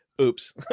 Oops